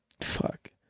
Fuck